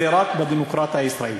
זה רק בדמוקרטיה הישראלית.